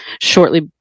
shortly